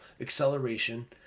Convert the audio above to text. acceleration